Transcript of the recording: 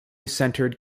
centered